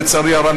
לצערי הרב,